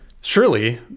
surely